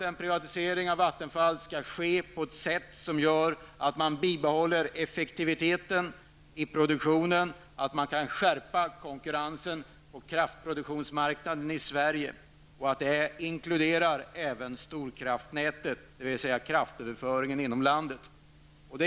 En privatisering av Vattenfall skall ske på ett sådant sätt att effektiviteten i produktionen bibehålls och konkurrensen på kraftproduktionsmarknaden i Sverige kan skärpas. Även storkraftsnätet inkluderas här, dvs. kraftöverföringen inom landet.